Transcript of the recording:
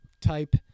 type